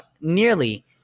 nearly